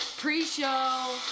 pre-show